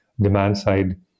demand-side